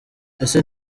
isi